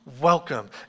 welcome